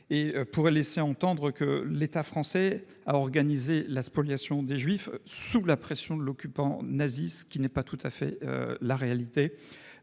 et pourrait laisser entendre que l'État français a organisé la spoliation des juifs sous la pression de l'occupant nazi, ce qui n'est pas tout à fait la réalité.